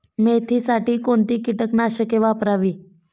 मेथीसाठी कोणती कीटकनाशके वापरावी?